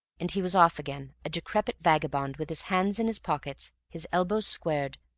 and he was off again, a decrepit vagabond, with his hands in his pockets, his elbows squared,